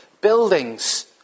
Buildings